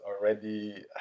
already